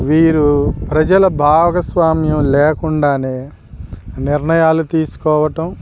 వీరు ప్రజల భాగస్వామ్యం లేకుండానే నిర్ణయాలు తీసుకోవటం